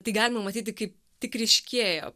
tai galima matyti kaip tik ryškėjo